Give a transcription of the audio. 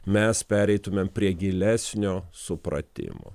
mes pereitumėm prie gilesnio supratimo